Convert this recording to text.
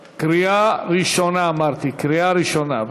הפנים והגנת הסביבה להכנתה לקריאה שנייה ושלישית.